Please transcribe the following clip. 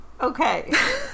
okay